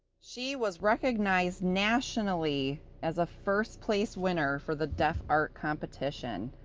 she was recognized nationally as a first place winner for the deaf art competition.